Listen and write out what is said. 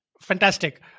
Fantastic